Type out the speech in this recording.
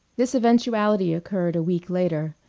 this eventuality occurred a week later.